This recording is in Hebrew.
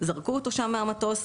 זרקו אותו שם מהמטוס,